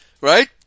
Right